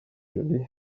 jolly